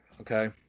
okay